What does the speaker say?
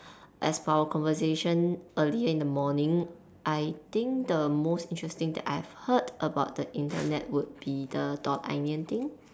as for our conversation earlier in the morning I think the most interesting that I've heard about the Internet could be the dot onion thing